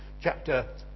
Chapter